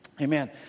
amen